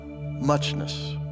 muchness